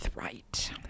right